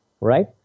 right